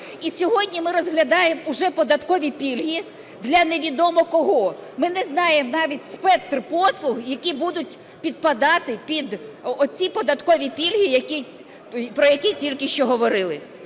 І сьогодні ми розглядаємо уже податкові пільги для невідомо кого. Ми не знаємо навіть спектр послуг, які будуть підпадати під оці податкові пільги, про які тільки що говорили.